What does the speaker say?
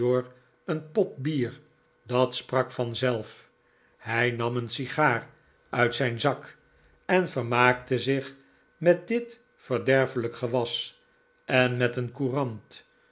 een pot bier dat sprak vanzelf hij nam een sigaar uit zijn zak en vermaakte zich met dit verderfelijk gewas en met een courant